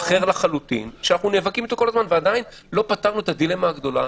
אחר לחלוטין שאנחנו נאבקים איתו כל הזמן ועדיין לא פתרנו את הדילמה הגדולה